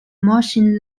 machine